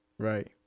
Right